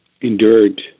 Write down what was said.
endured